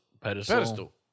pedestal